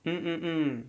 mm mm mm